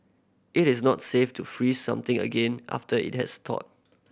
it is not safe to freeze something again after it has thawed